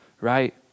right